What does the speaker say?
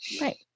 Right